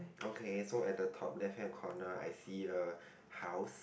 okay at the top left hand corner I see a house